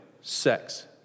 sex